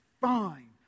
Fine